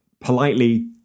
politely